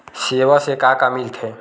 सेवा से का का मिलथे?